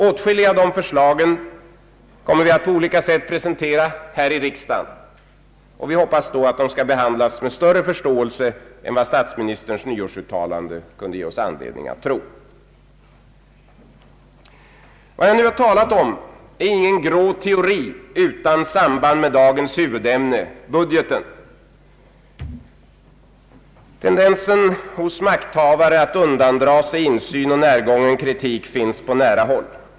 Åtskilliga av dessa förslag kommer vi att på olika sätt presentera här i riksdagen, och vi hoppas att de då skall behandlas med större förståelse än siatsministerns nyårsuttalande kan ge anledning att tro. Vad jag nu har talat om är ingen grå teori utan samband med dagens huvudämne, budgeten. Tendensen hos makthavare att undandra sig insyn och närgången kritik finns på nära håll.